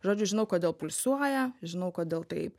žodžiu žinau kodėl pulsuoja žinau kodėl taip